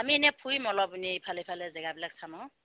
আমি এনে ফুৰিম অলপ মানে ইফাল ইফালে জেগাবিলাক চাম